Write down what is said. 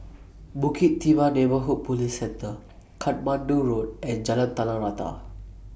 Bukit Timah Neighbourhood Police Centre Katmandu Road and Jalan Tanah Rata